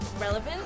relevant